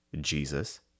Jesus